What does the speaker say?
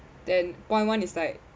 then point one is like